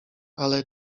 ale